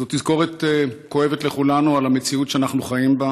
זו תזכורת כואבת לכולנו של המציאות שאנחנו חיים בה,